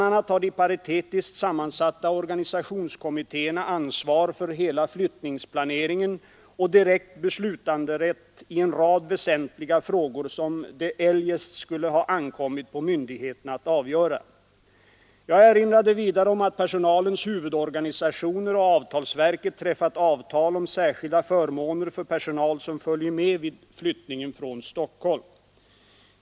a. har de paritetiskt sammansatta organisationskommittéerna ansvar för hela flyttningsplanetingen och direkt beslutanderätt i en rad väsentliga frågor som det eljest skulle ha ankommit på myndigheterna att avgöra. Jag erinrade vidare om att personalens huvudorganisationer och avtalsverket träffat avtal om särskilda förmåner för personal som föjer med vid flyttningen från Stockholm.